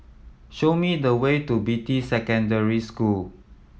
show me the way to Beatty Secondary School